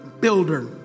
builder